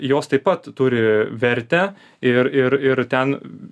jos taip pat turi vertę ir ir ir ten